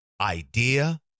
Idea